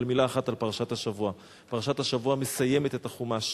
אבל מלה אחת על פרשת השבוע: פרשת השבוע מסיימת את החומש,